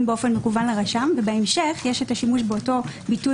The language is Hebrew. באופן מקוון לרשם ובהמשך יש את השימוש באותו ביטוי